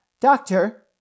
Doctor